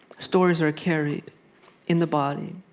stories are carried in the body,